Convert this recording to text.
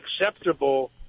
acceptable